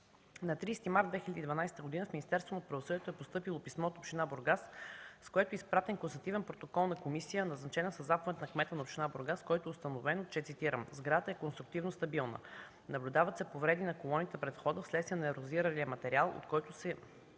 На 30 март 2012 г. в Министерството на правосъдието е постъпило писмо от община Бургас, с което е изпратен констативен протокол на комисия, назначена със заповед на кмета на община Бургас, с който е установено, цитирам: „Сградата е конструктивно стабилна. Наблюдават се повреди на колоните пред входа, вследствие на ерозиралия материал, от който са